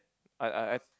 I I I